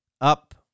up